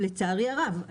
לצערי הרב,